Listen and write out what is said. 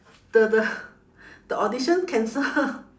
the the the audition cancel